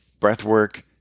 breathwork